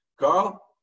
Carl